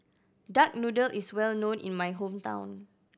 duck noodle is well known in my hometown